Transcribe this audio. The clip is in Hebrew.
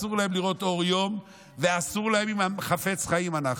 אסור להם לראות אור יום אם חפצי חיים אנחנו.